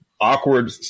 awkward